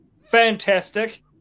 fantastic